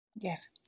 Yes